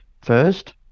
first